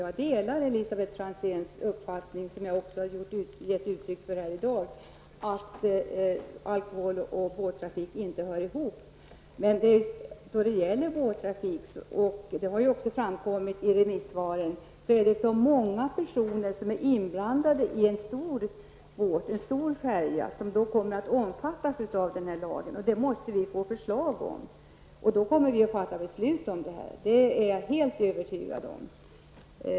Jag delar Elisabet Franzéns uppfattning, vilket jag har givit uttryck för tidigare i dag, att alkohol och båttrafik inte hör ihop. Men som framgår av remissvaren är det många personer som är inblandade i en stor färja och som kommer att omfattas av denna lag. Men får vi förslag i detta avseende, kan riksdagen sedan fatta beslut. Det är jag helt övertygad om.